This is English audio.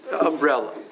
umbrella